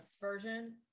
version